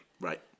Right